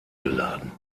geladen